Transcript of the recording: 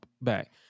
back